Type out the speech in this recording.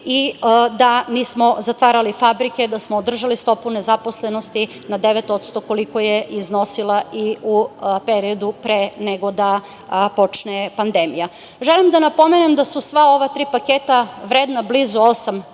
i da nismo zatvarali fabrike, da smo držali stopu nezaposlenosti na 9% koliko je iznosila i u periodu pre nego da počne pandemija. Želim da napomene da su sva ova tri paketa vredna blizu